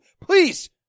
Please